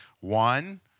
One